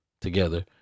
together